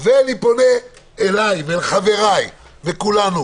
ואני פונה אליי ואל חבריי וכולנו